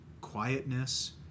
quietness